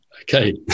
Okay